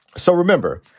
so remember,